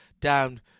down